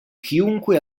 chiunque